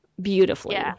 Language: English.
beautifully